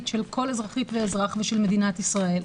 של כל אזרחית ואזרח ושל מדינת ישראל.